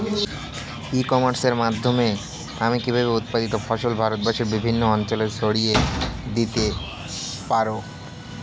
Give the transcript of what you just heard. ই কমার্সের মাধ্যমে আমি কিভাবে উৎপাদিত ফসল ভারতবর্ষে বিভিন্ন অঞ্চলে ছড়িয়ে দিতে পারো?